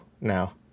now